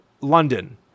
London